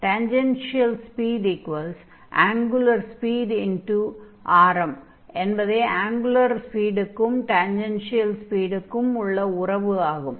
tangential speed angular speed × ஆரம் tangential speed angular speed × radius என்பதே angular ஸ்பீடுக்கும் tangential ஸ்பீடுக்கும் உள்ள உறவு ஆகும்